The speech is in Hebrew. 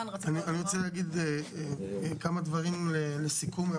אני רוצה להגיד כמה דברים לסיכום.